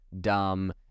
dumb